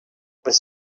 was